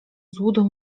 złudą